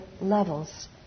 levels